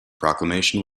proclamation